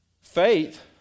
faith